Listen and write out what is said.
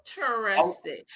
Interesting